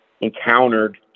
encountered